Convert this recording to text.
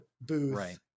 booth